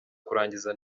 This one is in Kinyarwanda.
kurangiza